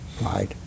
right